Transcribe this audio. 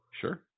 sure